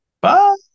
Bye